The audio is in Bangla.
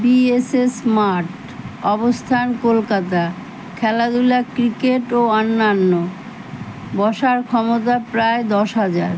বিএসএস মাঠ অবস্থান কলকাতা খেলাধূলা ক্রিকেট ও অন্যান্য বসার ক্ষমতা প্রায় দশ হাজার